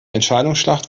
entscheidungsschlacht